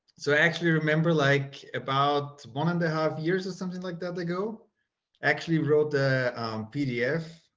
so actually remember, like about one and a half years or something like that they go actually wrote the pdf,